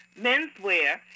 menswear